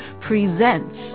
presents